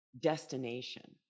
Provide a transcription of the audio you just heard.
destination